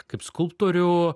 kaip skulptorių